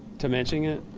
to mentioning it?